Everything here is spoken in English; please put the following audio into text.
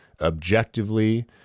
objectively